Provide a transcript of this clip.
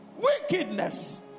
wickedness